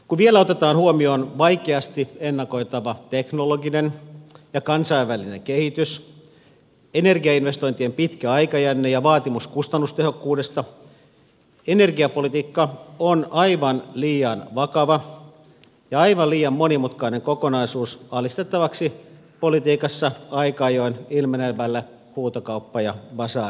kun vielä otetaan huomioon vaikeasti ennakoitava teknologinen ja kansainvälinen kehitys energiainvestointien pitkä aikajänne ja vaatimus kustannustehokkuudesta energiapolitiikka on aivan liian vakava ja aivan liian monimutkainen kokonaisuus alistettavaksi politiikassa aika ajoin ilmenevälle huutokauppa ja basaarimeiningille